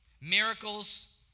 Miracles